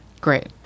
Great